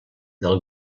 del